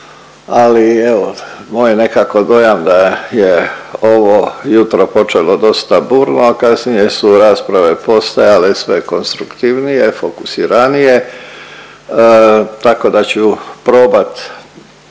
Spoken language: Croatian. i evo moj je nekako dojam da je ovo jutro počelo dosta burno, a kasnije su rasprave postajale sve konstruktivnije, fokusiranije tako da ću probat